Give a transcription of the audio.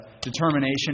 determination